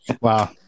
Wow